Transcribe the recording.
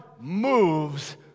moves